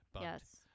yes